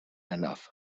enough